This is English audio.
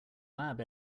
lab